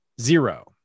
zero